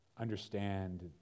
understand